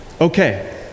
okay